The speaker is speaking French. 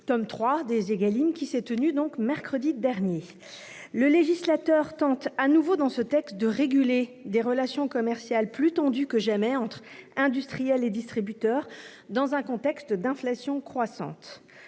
alimentation saine, durable et accessible à tous. Le législateur tente de nouveau dans ce texte de réguler des relations commerciales plus tendues que jamais entre industriels et distributeurs, dans un contexte d'inflation croissante.